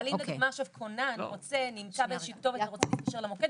אבל אם לדוגמה עכשיו כונן נמצא באיזושהי כתובת ורוצה להתקשר למוקד,